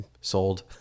sold